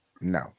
No